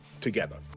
together